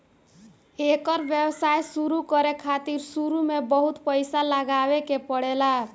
एकर व्यवसाय शुरु करे खातिर शुरू में बहुत पईसा लगावे के पड़ेला